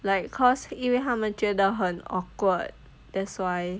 like because 因为他们觉得很 awkward that's why